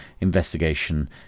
investigation